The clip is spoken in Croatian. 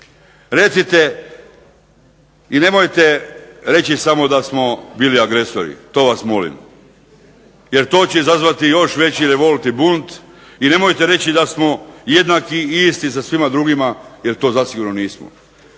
Recite i nemojte reći samo da smo bili agresori, to vas molim jer to će izazvati još veći revolt i bunt i nemojte reći da smo jednaki i isti sa svima drugima jer to zasigurno nismo.